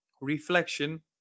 reflection